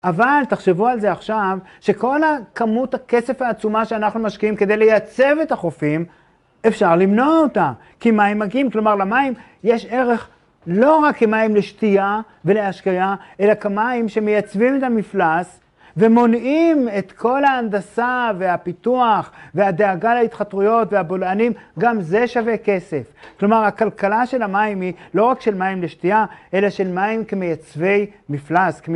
אבל תחשבו על זה עכשיו, שכל כמות הכסף העצומה שאנחנו משקיעים כדי לייצב את החופים אפשר למנוע אותה. כי מים מגיעים, כלומר למים יש ערך לא רק כמים לשתייה ולהשקייה אלא כמים שמייצבים את המפלס ומונעים את כל ההנדסה והפיתוח והדאגה להתחתרויות והבולענים, גם זה שווה כסף. כלומר הכלכלה של המים היא לא רק של מים לשתייה אלא של מים כמייצבי מפלס.